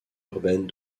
urbaine